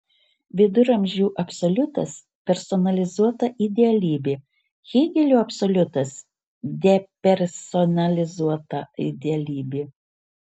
viduramžių absoliutas personalizuota idealybė hėgelio absoliutas depersonalizuota idealybė